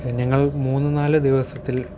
ഞങ്ങൾ മൂന്ന് നാല് ദിവസത്തിൽ